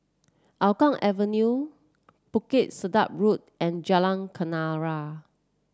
Hougang Avenue Bukit Sedap Road and Jalan Kenarah